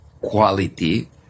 quality